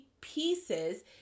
pieces